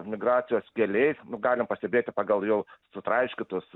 migracijos keliai nu galim pastebėti pagal jau sutraiškytus